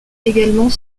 également